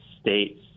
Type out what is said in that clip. States